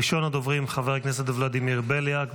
ראשון הדוברים, חבר הכנסת ולדימיר בליאק.